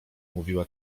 mówiła